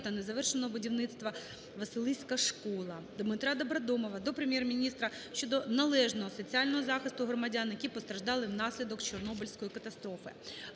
незавершеного будівництва – Василиська школа. ДмитраДобродомова до Прем'єр-міністра щодо належного соціального захисту громадян, які постраждали внаслідок Чорнобильської катастрофи.